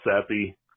sappy